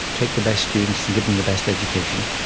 take the best students and give them the best education,